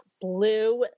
blue